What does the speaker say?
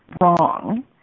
wrong